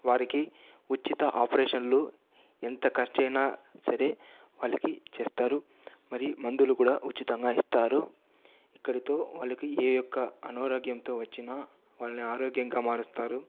వారికీ ఉచిత ఆపరేషన్లు ఎంత ఖర్చయిన సరే వాళ్ళకి చేస్తారు మరి మందులు కూడా ఉచితంగా ఇస్తారు ఇక్కడితో వాళ్ళకి ఏ యొక్క అనారోగ్యంతో వచ్చిన వాళ్ళని ఆరోగ్యంగా మారుస్తారు